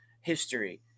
history